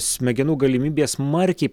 smegenų galimybės smarkiai